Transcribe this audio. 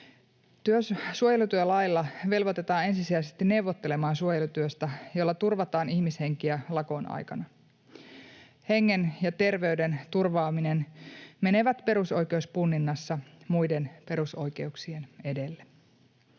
Suojelutyölailla velvoitetaan ensisijaisesti neuvottelemaan suojelutyöstä, jolla turvataan ihmishenkiä lakon aikana. Hengen ja terveyden turvaaminen menee perusoikeuspunninnassa muiden perusoikeuksien edelle.